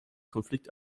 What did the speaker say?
konflikt